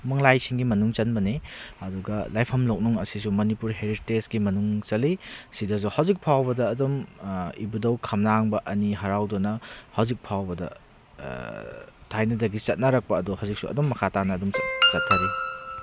ꯎꯃꯪ ꯂꯥꯏꯁꯤꯡꯒꯤ ꯃꯅꯨꯡ ꯆꯟꯕꯅꯤ ꯑꯗꯨꯒ ꯂꯥꯏꯐꯝ ꯂꯣꯛꯅꯨꯡ ꯑꯁꯤꯁꯨ ꯃꯅꯤꯄꯨꯔ ꯍꯦꯔꯤꯇꯦꯖꯀꯤ ꯃꯅꯨꯡ ꯆꯜꯂꯤ ꯑꯁꯤꯗꯁꯨ ꯍꯧꯖꯤꯛ ꯐꯥꯎꯕꯗ ꯑꯗꯨꯝ ꯏꯕꯨꯙꯧ ꯈꯝꯅꯥꯡꯕ ꯑꯅꯤ ꯍꯔꯥꯎꯗꯨꯅ ꯍꯧꯖꯤꯛꯐꯥꯎꯕꯗ ꯊꯥꯏꯅꯗꯒꯤ ꯆꯠꯅꯔꯛꯄ ꯑꯗꯣ ꯍꯧꯖꯤꯛꯁꯨ ꯑꯗꯨꯝ ꯃꯈꯥ ꯇꯥꯅ ꯆꯠꯊꯔꯤ